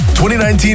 2019